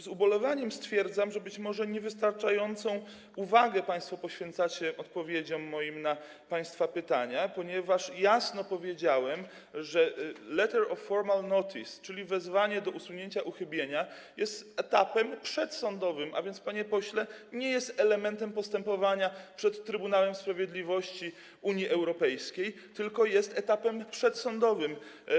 Z ubolewaniem stwierdzam, że być może niewystarczającą uwagę poświęcacie państwo moim odpowiedziom na państwa pytania, ponieważ jasno powiedziałem, że letter of formal notice, czyli wezwanie do usunięcia uchybienia, jest etapem przedsądowym, a więc, panie pośle, nie jest elementem postępowania przed Trybunałem Sprawiedliwości Unii Europejskiej, tylko jest etapem przedsądowym.